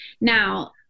Now